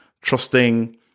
trusting